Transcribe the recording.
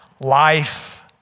life